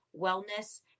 wellness